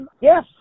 Yes